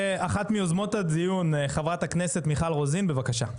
אחת מיוזמות הדיון, חברת הכנסת מיכל רוזין, בבקשה.